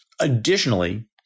Additionally